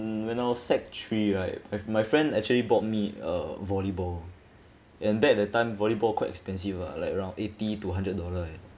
mm when I was sec three right I my friend actually bought me a volleyball and back that the time volleyball quite expensive ah like around eighty to hundred dollar eh